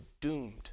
doomed